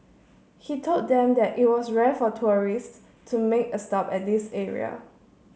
he told them that it was rare for tourists to make a stop at this area